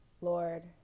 Lord